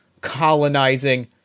colonizing